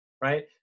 right